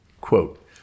Quote